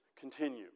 continue